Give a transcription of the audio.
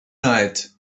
night